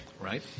right